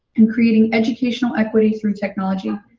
in creating educational equity through technology.